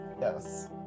Yes